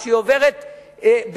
או שהיא עוברת בעצמה,